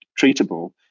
treatable